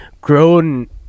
grown